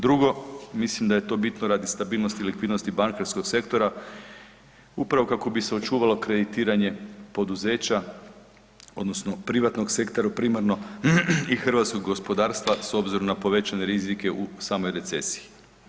Drugo, mislim da je to bitno radi stabilnosti i likvidnosti bankarskog sektora upravo kako bi se očuvalo kreditiranje poduzeća odnosno privatnog sektora primarno i hrvatskog gospodarstva s obzirom na povećane rizike u samoj recesiji.